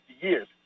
years